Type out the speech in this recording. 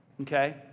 okay